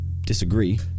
disagree